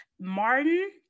Martin